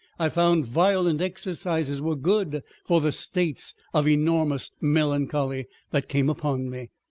i found violent exercises were good for the states of enormous melancholy that came upon me,